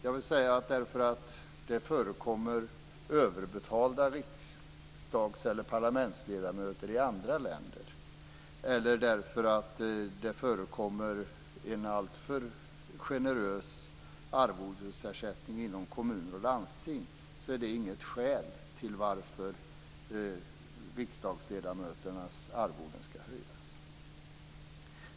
Att det förekommer överbetalda riksdags eller parlamentsledamöter i andra länder, eller att det förekommer en alltför generös arvodesersättning inom kommuner och landsting, är inget skäl till varför riksdagsledamöternas arvoden skall höjas.